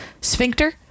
Sphincter